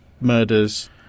murders